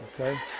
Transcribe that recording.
Okay